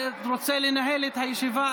אתה רוצה לנהל את הישיבה,